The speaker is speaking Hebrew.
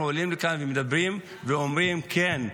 אנחנו עולים לכאן ומדברים ואומרים: כן,